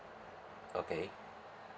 okay